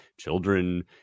children